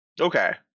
Okay